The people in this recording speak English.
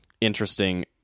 interesting